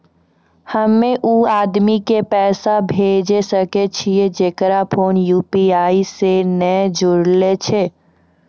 हम्मय उ आदमी के पैसा भेजै सकय छियै जेकरो फोन यु.पी.आई से नैय जूरलो छै?